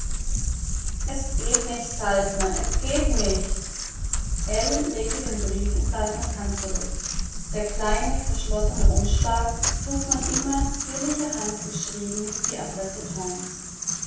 es geht nicht saltner es geht nicht ell legte den brief in saltners hand zurück der kleine verschlossene umschlag trug von ismas zierlicher hand geschrieben die adresse